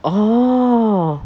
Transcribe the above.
orh